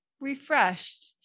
refreshed